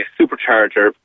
supercharger